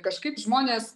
kažkaip žmonės